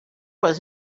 was